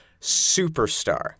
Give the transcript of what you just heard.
superstar